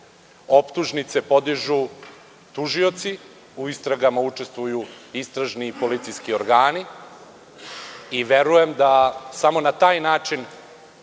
Optužnice podižu tužioci, u istragama učestvuju istražni i policijski organi i verujem da samo na taj način